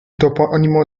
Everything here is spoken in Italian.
toponimo